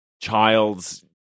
child's